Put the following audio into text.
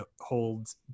holds